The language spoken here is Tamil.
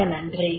மிக்க நன்றி